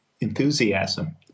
enthusiasm